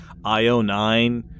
io9